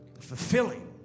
fulfilling